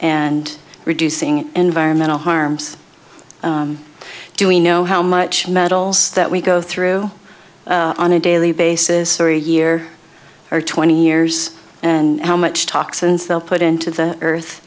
and reducing environmental harms do we know how much metals that we go through on a daily basis for a year or twenty years and how much toxins they'll put into the earth